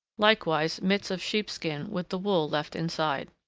likewise mitts of sheepskin with the wool left inside.